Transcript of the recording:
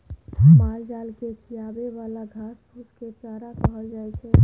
मालजाल केँ खिआबे बला घास फुस केँ चारा कहल जाइ छै